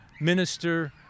minister